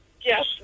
yes